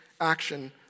action